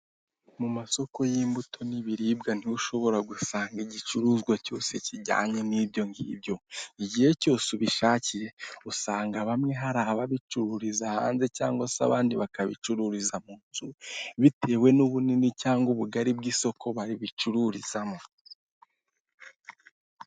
Imodoka ya pikapu yo mu bwoko bwa mahindura yitwa mahindurazi koropiyo iri mu ibara ry'ifeza imbere yayo hahagaze abagabo babiri bafite ifoto imeze nk'urufunguzo rw'imodoka yanditseho izina rya kampani izwi mu Rwanda mu birebana no kugura no kugurisha imodoka yitwa Akagera motors.